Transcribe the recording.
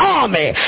army